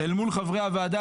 אל מול חברי הוועדה,